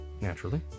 Naturally